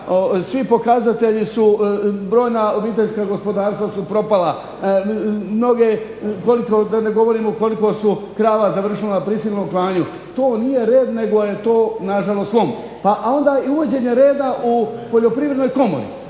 svi pokazatelji su brojna obiteljska gospodarstva su propala, da ne govorimo koliko je krava završilo na prisilnom klanju. To nije red nego je to nažalost slom. Pa onda uvođenje reda u Poljoprivrednoj komori,